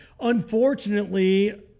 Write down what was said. Unfortunately